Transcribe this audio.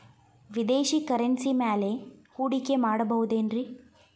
ವಿದೇಶಿ ಕರೆನ್ಸಿ ಮ್ಯಾಲೆ ಹೂಡಿಕೆ ಮಾಡಬಹುದೇನ್ರಿ?